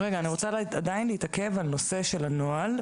אני עדיין רוצה להתעכב על נושא הנוהל.